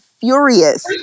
furious